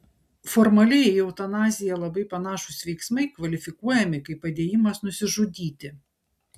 formaliai į eutanaziją labai panašūs veiksmai kvalifikuojami kaip padėjimas nusižudyti